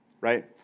right